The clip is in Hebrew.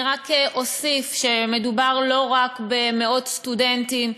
רק אוסיף שמדובר לא רק במאות סטודנטים,